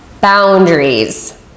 boundaries